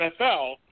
NFL –